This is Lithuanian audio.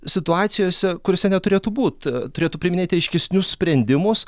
situacijose kuriose neturėtų būt turėtų priiminėti aiškesnius sprendimus